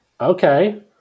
Okay